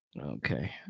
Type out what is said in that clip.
Okay